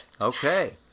Okay